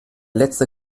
letzte